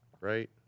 right